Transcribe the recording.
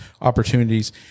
opportunities